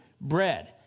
bread